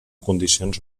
condicions